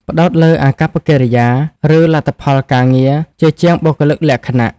ផ្តោតលើអាកប្បកិរិយា ឬលទ្ធផលការងារជាជាងបុគ្គលិកលក្ខណៈ។